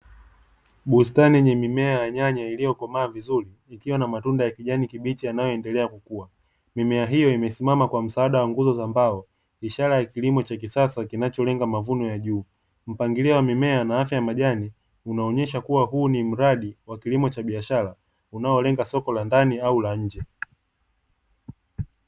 Bustani yenye mimea ya nyanya iliyokomaa vizuri ikiwa na matunda ya kijani kibichi yanayoendelea kukua, mimea hiyo imesimama wa msaada wa nguzo za mbao. Ishara ya kilimo cha kisasa kinacholenga mavuno ya juu, mpangilio wa mimea na afya ya majani unaonesha kuwa huu ni mradi wa kilimo cha biashara unaolenga soko la ndani au la nje.